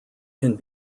can